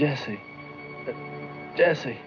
jesse jesse